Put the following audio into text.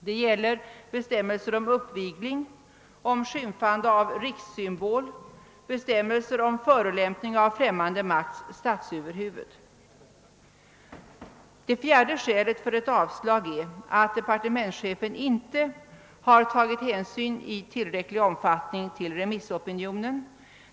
Detta gäller bestämmelserna om uppvigling, skymfande av rikssymbol och förolämpning av främmande makts statsöverhuvud. Det fjärde skälet för avslag är att departementschefen inte i tillräcklig omfattning har tagit hänsyn till remissopinionen.